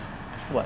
what